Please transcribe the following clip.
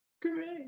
Great